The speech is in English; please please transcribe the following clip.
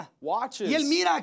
Watches